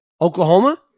Oklahoma